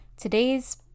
today's